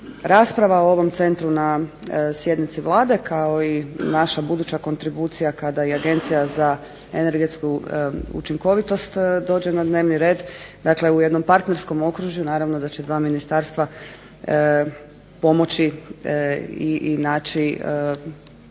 rasprava o ovom centru na sjednici Vlade kao i naša buduća kontribucija kada je Agencija za energetsku učinkovitost dođe na dnevni red dakle u jednom partnerskom okružju naravno da će dva ministarstva pomoći i naći